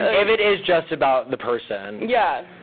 if it is just about the person, yeah,